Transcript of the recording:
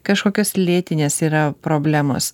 kažkokios lėtinės yra problemos